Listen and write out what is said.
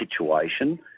situation